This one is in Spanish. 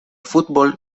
fútbol